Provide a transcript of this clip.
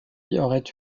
aurait